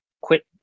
quit